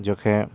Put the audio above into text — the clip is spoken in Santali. ᱡᱚᱠᱷᱮᱡ